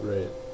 Right